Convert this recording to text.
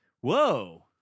Whoa